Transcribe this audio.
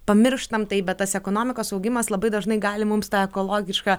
pamirštam tai bet tas ekonomikos augimas labai dažnai gali mums tą ekologišką